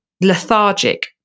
lethargic